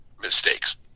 mistakes